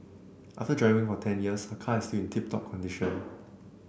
after driving for ten years her car is still in tip top condition